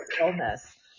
illness